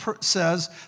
says